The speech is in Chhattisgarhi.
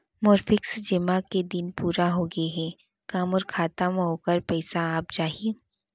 मोर फिक्स जेमा के दिन पूरा होगे हे का मोर खाता म वोखर पइसा आप जाही?